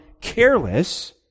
careless